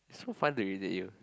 so fun to irritate you